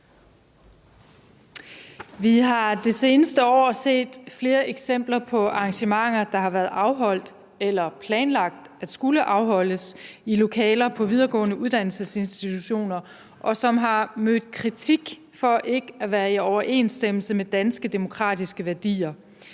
Vi har det seneste år set flere eksempler på arrangementer, der har været afholdt eller planlagt at skulle afholdes i lokaler på videregående uddannelsesinstitutioner, og som har mødt kritik for ikke at være i overensstemmelse med danske demokratiske værdier.